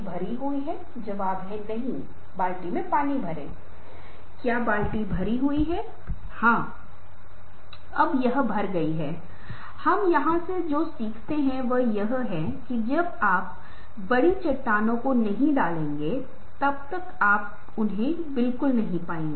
भाषा शब्दों की पसंद मैंने आपके द्वारा बताए गए सरल शब्दों का उपयोग किया शब्दजाल से बचें क्योंकि हमारा इरादा आम तौर पर लोगों को प्रभावित करने के लिए नहीं है अच्छी तरह से लोग प्रभावित हो रहे हैं जो एक अच्छी बात है लेकिन स्पष्टता हमारी प्राथमिक लक्ष्य है